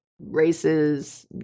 races